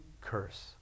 curse